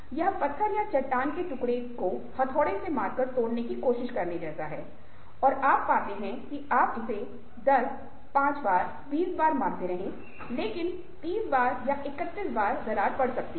यह पत्थर या चट्टान के टुकड़े को हथौड़े से मारकर तोड़ने की कोशिश करने जैसा है और आप पाते हैं कि आप इसे 10 5 बार 20 बार मारते रहें लेकिन 30 बार 31 बार दरार पड़ सकती है